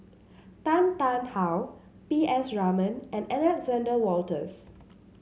Tan Tarn How P S Raman and Alexander Wolters